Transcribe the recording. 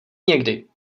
někdy